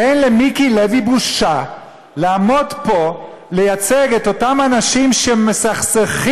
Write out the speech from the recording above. אין למיקי לוי בושה לעמוד פה ולייצג את אותם אנשים שמסכסכים